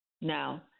Now